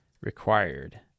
required